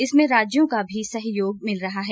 इसमें राज्यों का भी सहयोग मिल रहा है